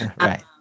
Right